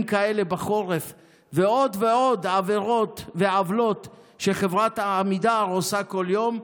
כאלה בחורף ועוד ועוד עבירות ועוולות שחברת עמידר עושה כל יום.